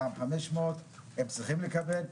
פעם 500. הם צריכים לקבל.